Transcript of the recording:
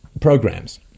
programs